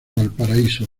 valparaíso